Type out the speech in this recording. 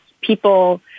people